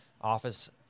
office